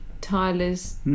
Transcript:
Tyler's